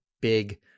big